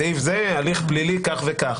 בסעיף זה הליך פלילי כך וכך.